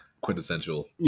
quintessential